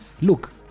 Look